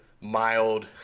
mild